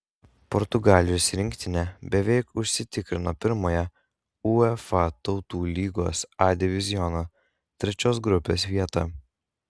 portugalijos rinktinė beveik užsitikrino pirmąją uefa tautų lygos a diviziono trečios grupės vietą